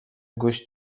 گوش